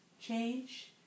change